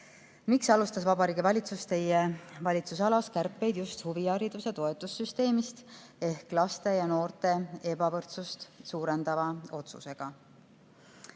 "Miks alustas Vabariigi Valitsus Teie valitsusalas kärpeid just huvihariduse toetussüsteemist ehk laste ja noorte ebavõrdsust suurendava otsusega?"